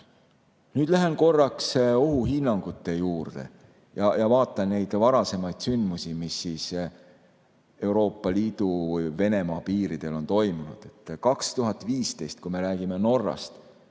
nüüd korraks ohuhinnangute juurde ja vaatan neid varasemaid sündmusi, mis Euroopa Liidu ja Venemaa piiridel on toimunud. 2015, kui me räägime Norrast,